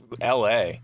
LA